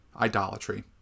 Idolatry